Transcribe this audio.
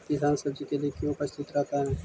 किसान सब्जी के लिए क्यों उपस्थित रहता है?